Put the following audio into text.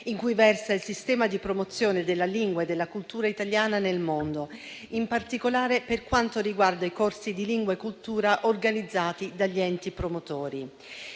in cui versa il sistema di promozione della lingua e della cultura italiana nel mondo, in particolare per quanto riguarda i corsi di lingua e cultura organizzati dagli enti promotori.